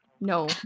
No